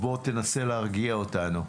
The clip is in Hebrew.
בוא תנסה להרגיע אותנו.